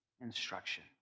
instruction